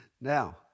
Now